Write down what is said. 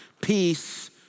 peace